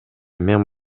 мен